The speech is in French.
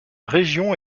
région